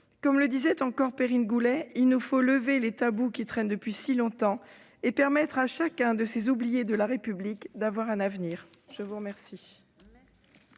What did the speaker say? Comme le disait encore Perrine Goulet, « il nous faut lever les tabous qui traînent depuis si longtemps » et « permettre à chacun de ces oubliés de la République d'avoir un avenir ». La parole